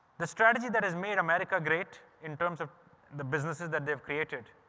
the strategy that has made america great, in terms of the businesses that they've created,